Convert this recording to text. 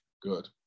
Good